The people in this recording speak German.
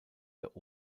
der